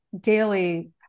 daily